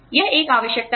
यह एक आवश्यकता है